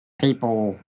people